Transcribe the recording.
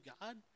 God